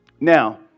Now